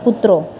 કૂતરો